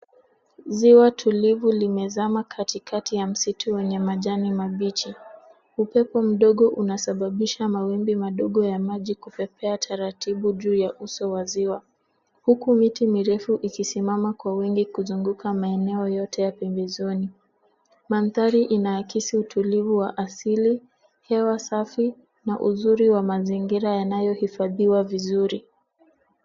Ziwa tulivu limezama katikati ya msitu wenye majani mabichi. Upepo mdogo unasababisha mawimbi madogo ya maji kupepea taratibu juu ya uso wa ziwa, huku miti mirefu ikisimama kwa wingi kuzunguka maeneo yote ya pembezoni. Mandhari inaakisi utulivu wa asili, hewa safi na uzuri wa mazingira yanayohifadhiwa vizuri.